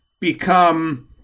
become